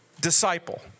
disciple